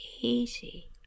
Easy